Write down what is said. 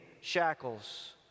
shackles